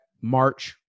March